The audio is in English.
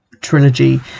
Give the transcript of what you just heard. trilogy